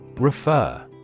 Refer